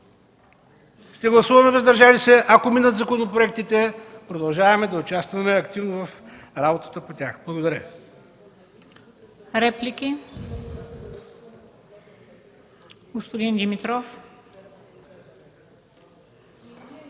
Ще гласуваме „въздържали се”, ако минат законопроектите – продължаваме да участваме активно в работата по тях. Благодаря